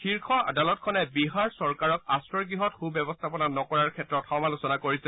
শীৰ্ষ আদালতখনে বিহাৰ চৰকাৰক আশ্ৰয় গৃহত সূ ব্যৱস্থাপনা নকৰাৰ ক্ষেত্ৰত সমালোচনা কৰিছে